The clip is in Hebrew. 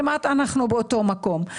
כמעט אנו באותו מקום.